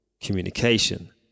Communication